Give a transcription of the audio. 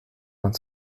vingt